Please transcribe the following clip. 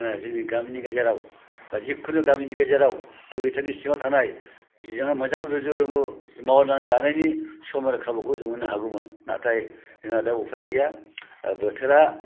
जोंनि गामिनि गेजेराव बा जिखुनु गामिनि गेजेराव बि टि आर नि सिङाव थानाय बेजोंनो रुजु रुमु मावनानै जानायनि सम आरो खाबुखौ मोननो हागौमोन नाथाय जोंहा दा उफाय गैया बोथोरा